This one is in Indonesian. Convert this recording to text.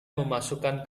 memasukkan